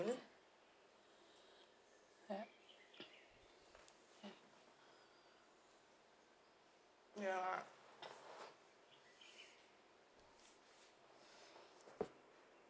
ya